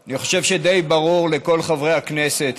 אני חושב שדי ברורה לכל חברי הכנסת,